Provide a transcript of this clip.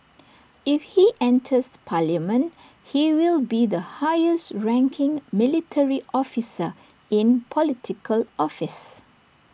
if he enters parliament he will be the highest ranking military officer in Political office